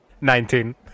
Nineteen